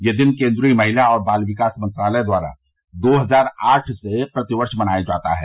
यह दिन केन्द्रीय महिला और बाल विकास मंत्रालय द्वारा दो हजार आठ से प्रति वर्ष मनाया जाता है